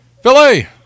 Philly